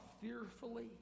fearfully